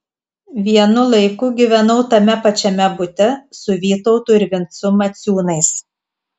vienu laiku gyvenau tame pačiame bute su vytautu ir vincu maciūnais